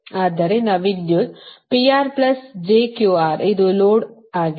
ಆದ್ದರಿಂದ ವಿದ್ಯುತ್ PR jQR ಇದು ಲೋಡ್ ಆಗಿದೆ